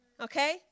Okay